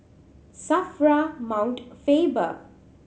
SAFRA Mount Faber